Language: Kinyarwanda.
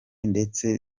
ndetse